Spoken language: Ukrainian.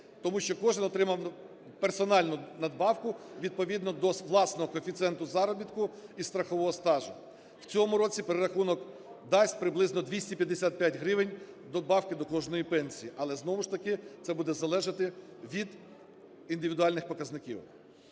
тому що кожний отримав персональну надбавку відповідно до власного коефіцієнту заробітку і страхового стажу. В цьому році перерахунок дасть приблизно 255 гривень надбавки до кожної пенсії. Але знову ж таки це буде залежати від індивідуальних показників.